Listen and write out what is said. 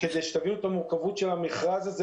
כדי שתבינו את המורכבות של המכרז הזה,